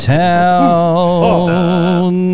town